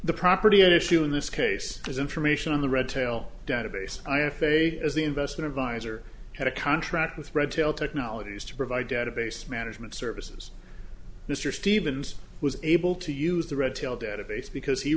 the property at issue in this case is information on the red tail database i f a as the investment advisor had a contract with red tail technologies to provide database management services mr stevens was able to use the redtail database because he